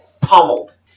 pummeled